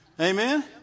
Amen